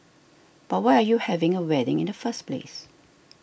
but why are you having a wedding in the first place